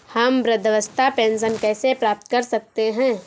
हम वृद्धावस्था पेंशन कैसे प्राप्त कर सकते हैं?